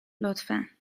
لطفا